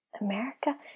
America